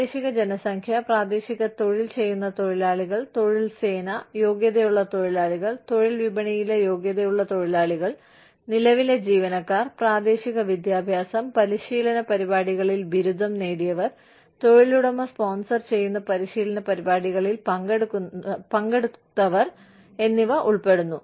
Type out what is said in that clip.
പ്രാദേശിക ജനസംഖ്യ പ്രാദേശിക തൊഴിൽ ചെയ്യുന്ന തൊഴിലാളികൾ തൊഴിൽ സേന യോഗ്യതയുള്ള തൊഴിലാളികൾ തൊഴിൽ വിപണിയിലെ യോഗ്യതയുള്ള തൊഴിലാളികൾ നിലവിലെ ജീവനക്കാർ പ്രാദേശിക വിദ്യാഭ്യാസ പരിശീലന പരിപാടികളിൽ ബിരുദം നേടിയവർ തൊഴിലുടമ സ്പോൺസർ ചെയ്യുന്ന പരിശീലന പരിപാടികളിൽ പങ്കെടുക്കുന്നവർ എന്നിവ ഉൾപ്പെടുന്നു